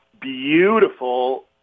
beautiful